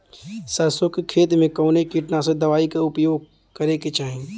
सरसों के खेत में कवने कीटनाशक दवाई क उपयोग करे के चाही?